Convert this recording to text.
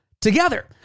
together